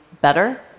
better